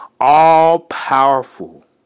all-powerful